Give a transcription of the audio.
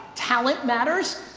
talent matters.